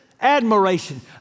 admiration